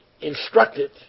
instructed